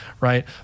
right